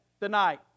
tonight